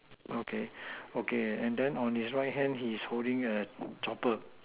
okay okay and then on his right hand he's holding a chopper